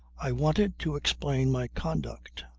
i wanted to explain my conduct,